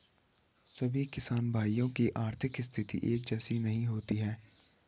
सभी किसान भाइयों की आर्थिक स्थिति एक जैसी नहीं होती है